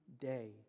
day